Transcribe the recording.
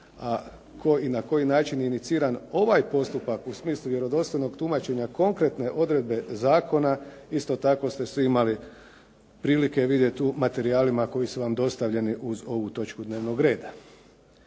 i na koji je način iniciran ovaj postupak u smislu vjerodostojnog tumačenja konkretne odredbe zakona, isto tako ste svi imali prilike vidjeti u materijalima koji su vam dostavljeni uz ovu točku dnevnog reda.